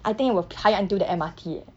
I think I will 排 until the M_R_T eh